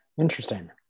interesting